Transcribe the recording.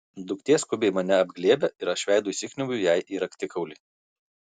duktė skubiai mane apglėbia ir aš veidu įsikniaubiu jai į raktikaulį